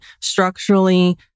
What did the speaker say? structurally